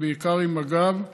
ובעיקר עם מג"ב,